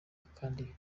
atari